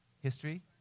History